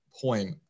point